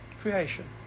creation